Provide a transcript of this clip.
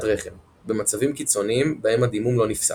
רחם - במצבים קיצוניים בהם הדימום לא נפסק.